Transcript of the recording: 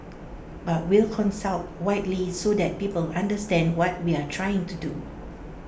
but we'll consult widely so that people understand what we're trying to do